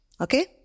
Okay